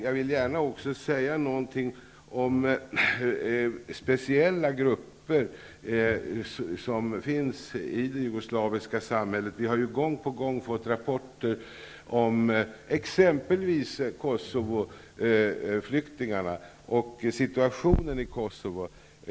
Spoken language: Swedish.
Jag vill också gärna säga något om speciella grupper i det jugoslaviska samhället. Vi har ju gång på gång fått rapporter om exempelvis Kosovoflyktingarna och situationen i Kosovo.